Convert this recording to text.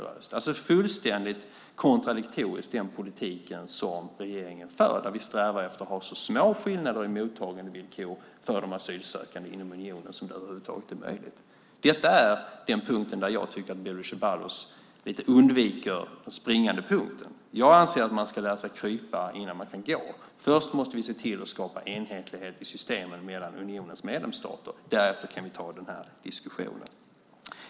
Detta skulle alltså vara fullständigt kontradiktoriskt gentemot den politik som regeringen för, där vi strävar efter att ha så små skillnader i mottagandevillkor för de asylsökande inom unionen som över huvud taget är möjligt. Detta är den punkt där jag tycker att Bodil Ceballos i någon mån undviker den springande punkten. Jag anser att man ska lära sig krypa innan man kan gå. Först måste vi se till att skapa enhetlighet i systemen mellan unionens medlemsstater. Därefter kan vi ta den här diskussionen.